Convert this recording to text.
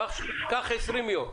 קח 20 יום.